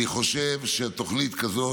אני חושב שתוכנית כזאת,